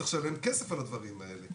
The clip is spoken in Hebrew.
צריך לשלם כסף על הדברים האלה.